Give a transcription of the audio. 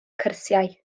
cyrsiau